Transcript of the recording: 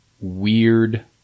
weird